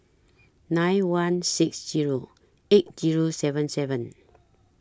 nine one six Zero eight Zero seven seven